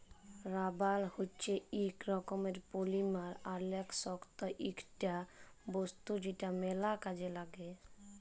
rubber হচ্যে ইক রকমের পলিমার অলেক শক্ত ইকটা বস্তু যেটা ম্যাল কাজে লাগ্যে